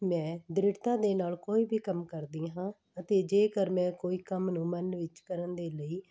ਮੈਂ ਦ੍ਰਿੜਤਾ ਦੇ ਨਾਲ ਕੋਈ ਵੀ ਕੰਮ ਕਰਦੀ ਹਾਂ ਅਤੇ ਜੇਕਰ ਮੈਂ ਕੋਈ ਕੰਮ ਨੂੰ ਮਨ ਵਿੱਚ ਕਰਨ ਦੇ ਲਈ